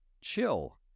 chill